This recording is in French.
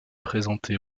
présentée